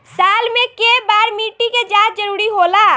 साल में केय बार मिट्टी के जाँच जरूरी होला?